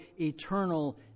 eternal